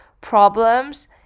problems